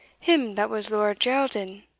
him that was lord geraldin.